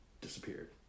disappeared